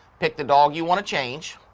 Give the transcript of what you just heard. pick the dog you want to change.